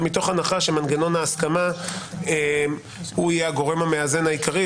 מתוך הנחה שמנגנון ההסכמה הוא יהיה הגורם המאזן העיקרי,